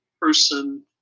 person